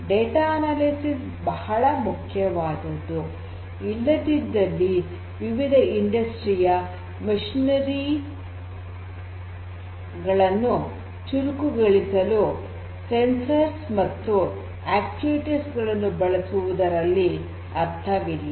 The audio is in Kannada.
ಡೇಟಾ ಅನಾಲಿಸಿಸ್ ಬಹಳ ಮುಖ್ಯವಾದದ್ದು ಇಲ್ಲದಿದ್ದಲ್ಲಿ ವಿವಿಧ ಕೈಗಾರಿಕಾ ಯಂತ್ರೋಪಕರಣಗಳನ್ನು ಚುರುಕುಗೊಳಿಸಲು ಸಂವೇದಕಗಳು ಮತ್ತು ಅಚ್ಯುಯೇಟರ್ಸ್ ಗಳನ್ನು ಬಳಸುವುದರಲ್ಲಿ ಅರ್ಥವಿಲ್ಲ